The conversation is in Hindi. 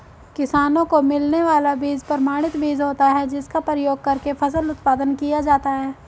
किसानों को मिलने वाला बीज प्रमाणित बीज होता है जिसका प्रयोग करके फसल उत्पादन किया जाता है